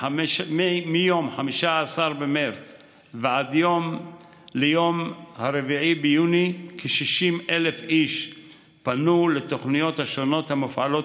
מיום 15 במרץ ועד יום 4 ביוני כ-60,000 איש פנו לתוכניות השונות המופעלות